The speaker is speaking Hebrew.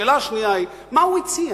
השאלה השנייה היא, מה הוא הציע.